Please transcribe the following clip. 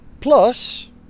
Plus